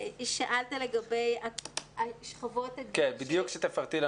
שאלת לגבי השכבות --- כן, בדיוק שתפרטי.